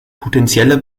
potenzielle